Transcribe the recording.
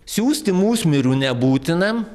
siųsti musmirių nebūtina